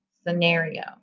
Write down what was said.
scenario